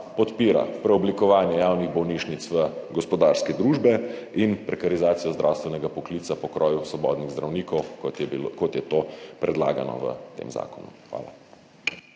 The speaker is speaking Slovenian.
podpira preoblikovanje javnih bolnišnic v gospodarske družbe in prekarizacijo zdravstvenega poklica po kroju svobodnih zdravnikov, kot je to predlagano v tem zakonu. Hvala.